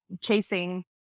chasing